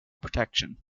protection